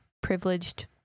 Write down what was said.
privileged